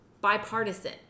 bipartisan